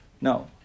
No